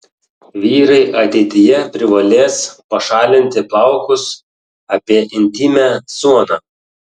vyrai ateityje privalės pašalinti plaukus apie intymią zoną